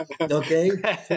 okay